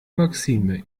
maxime